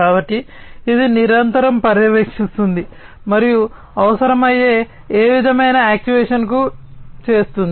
కాబట్టి ఇది నిరంతరం పర్యవేక్షిస్తుంది మరియు అవసరమయ్యే ఏ విధమైన యాక్చుయేషన్ను చేస్తుంది